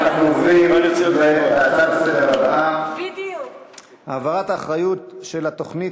אנחנו עוברים להצעה לסדר-היום הבאה: העברת האחריות לתוכנית